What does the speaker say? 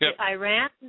Iran